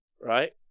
Right